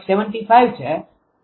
75 છે